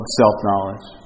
self-knowledge